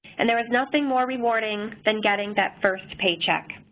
and there was nothing more rewarding than getting that first paycheck.